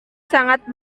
sangat